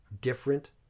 different